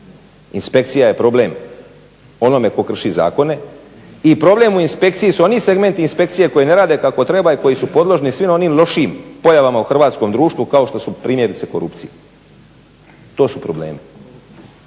inspekcija je problem onome tko krši zakone i problem u inspekciji su oni segmenti inspekcije koji ne rade kako treba i koji su podložni svim onim lošijim pojavama u hrvatskom društvu kao što su primjerice korupcija, to su problemi